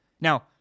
Now